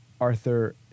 Arthur